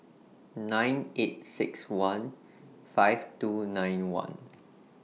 nine eight six one five two nine one